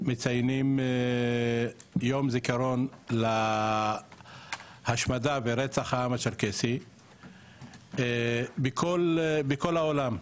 מציינים יום זיכרון להשמדה ברצח העם הצ'רקסי בכל העולם,